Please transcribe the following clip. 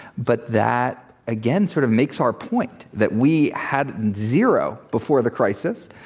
but that again sort of makes our point that we have zero before the crisis.